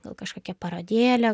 gal kažkokia parodėlė